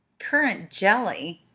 currant jelly?